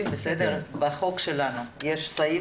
בחוק שלנו יש סעיף